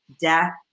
death